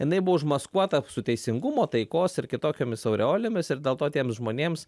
jinai buvo užmaskuota su teisingumo taikos ir kitokiomis aureolėmis ir dėl to tiems žmonėms